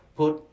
put